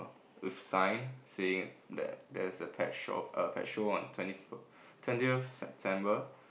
with sign saying that there's a pet shop ah pet show on twenty twentieth September